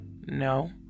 no